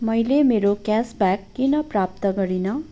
मैले मेरो क्यासब्याक किन प्राप्त गरिनँ